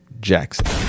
Jackson